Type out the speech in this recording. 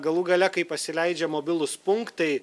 galų gale kai pasileidžia mobilūs punktai